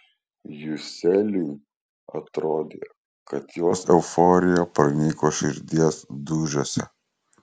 juseliui atrodė kad jos euforija pranyko širdies dūžiuose